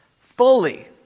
fully